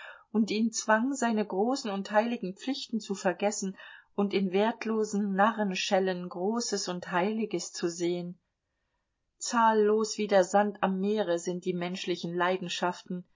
und ihn zwang seine großen und heiligen pflichten zu vergessen und in wertlosen narrenschellen großes und heiliges zu sehen zahllos wie der sand am meere sind die menschlichen leidenschaften